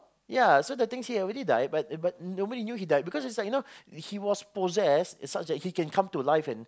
ya so the thing's he already died but but nobody knew he died because it's like you know he was possessed and such that he can come to life and